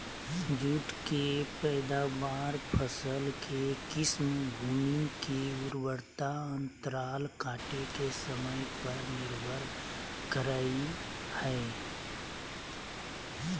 जुट के पैदावार, फसल के किस्म, भूमि के उर्वरता अंतराल काटे के समय पर निर्भर करई हई